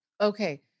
Okay